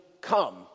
come